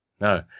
no